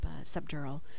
subdural